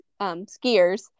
skiers